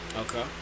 Okay